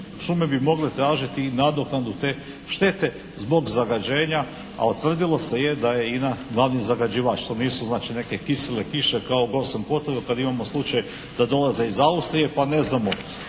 šume bi mogle tražiti nadoknadu te štete zbog zagađenja, a utvrdilo se da je INA glavni zagađivač. To nisu znači neke kisele kiše kao u Gorskom Kotaru kada imamo slučaj da dolaze iz Austrije pa neznamo